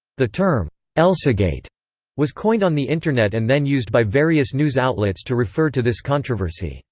the term elsagate was coined on the internet and then used by various news outlets to refer to this controversy.